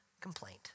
complaint